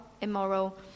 immoral